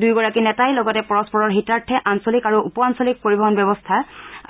দুয়োগৰাকী নেতাই লগতে পৰস্পৰৰ হিতাৰ্থে আঞ্চলিক আৰু উপআঞ্চলিক পৰিবহন ব্যৱস্থা